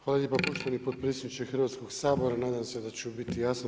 Hvala lijepa poštovani potpredsjedniče Hrvatskog sabora, nadam se da ću biti jasan.